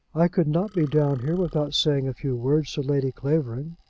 i could not be down here without saying a few words to lady clavering.